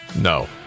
No